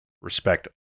respect